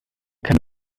keine